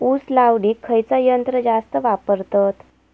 ऊस लावडीक खयचा यंत्र जास्त वापरतत?